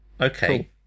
Okay